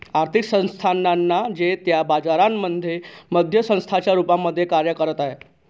आर्थिक संस्थानांना जे त्या बाजारांमध्ये मध्यस्थांच्या रूपामध्ये कार्य करत आहे